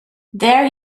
there